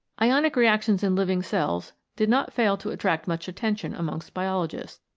ionic reactions in living cells did not fail to attract much attention amongst biologists.